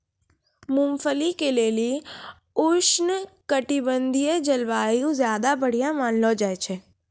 मूंगफली के लेली उष्णकटिबंधिय जलवायु ज्यादा बढ़िया मानलो जाय छै